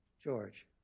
George